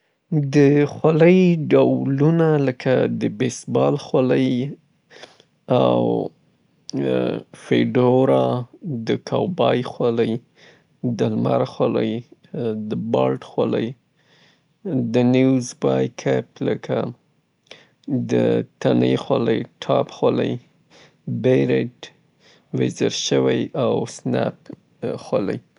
خولې مختلفې خولې وجود لري: یو هغه دي چې محافظوي خولې دي نظر شرایطو ته او د کار محیط ته انتخابیږي. یو عام او ساده خولي چی دا هم فرق کوي لکه د بیس ګال، فیدوره او همدارنګه د بینی، د لمر خولۍ چې پیکداره خولۍ دي، د کوبای خولۍ دي او د ګارد خولۍ د تنې خولۍ دي او داسې نور.